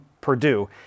Purdue